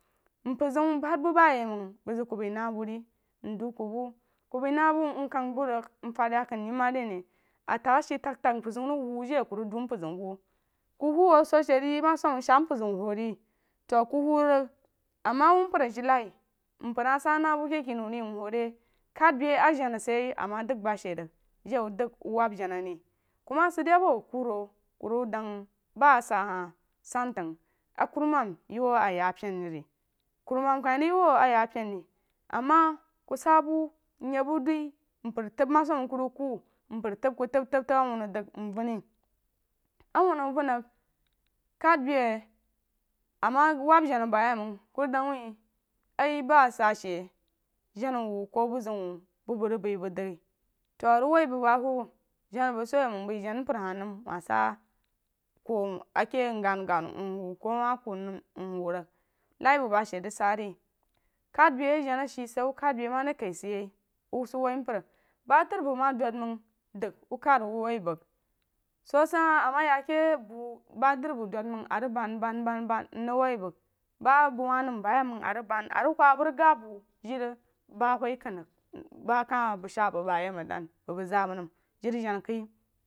Mpəri zeun ban bu ba ye məng bəng zak ku bəi na bu ri mdu ku bu ku bəi na bu rig nfan yakunu yi ma de aní afat ashi tag mpər zean rig wu jii a ku rig du mpən zeun bu ku wu shu she re ama sam məng shaa mpər zeun huu ri to ku huu rig ama wu mpər a jeí naí mpər hah sah nah bu a kah kení wu rí mhuu re kad bei a jana sad ye ama dəng ba shi rig jai wu dəng wuh wab jana rí ku ma sid de abu kuro rig dəng ba a sa hah san fag a kuruməm ye wu a ya pení rí kurumam ye rig ye wua ya pane ri ama ku sa bu myek bu duí məng tam ma sam məng ku zu ku mpər tam ku tan awunu bən ri awunu bən rig kad bei ama wab jana ba yi bəng ku rig dang wuh ah bah a sah shi jana wuh ku bu zeun wuh bu bəng rig bəi bəng dəng to rig wuh bu ba wab jana bəng so a wuh məng bəi jana mpər hah nən wuh sah ku a keí mgan gan mhuu kah wuh sah ku a keí mgan gan mhuu kah wuh ku nəm mhuu rig lai bu ba she rig sah re kad beí a jana ashí sid yi wuh kad bei a ma de kah sid ye wu sad woi mpər ba dri bəng so sid hah ama ya ke bu ba dri bəng dun məng a rig ban ban ban ban mrig woi bəng ba bəng wuh nəm ɓa yi məng a rig bəng mrig wuh bəng rig gam bu jiri ba wui ken rig mm ba kah bəng shaa bəng ba ye məng dan buh bəng zaa bah nən jiri jana kah.